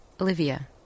Olivia